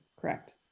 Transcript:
Correct